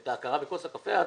העצמאים.